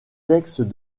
textes